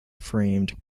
framed